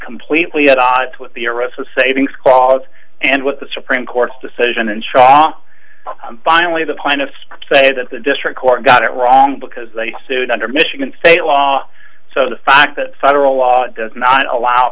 completely at odds with the arrest of savings clause and what the supreme court decision and shot finally the plaintiffs say that the district court got it wrong because they sued under michigan state law so the fact that federal law does not allow